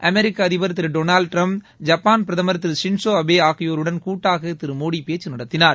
அமெிக்க அதிபர் திரு டொனால்டு ட்டிரம்ப் ஜப்பான் பிரதமர் திரு ஷின் ஸோ அபே ஆகியோருடன் கூட்டாக திரு மோடி பேச்சு நடத்தினார்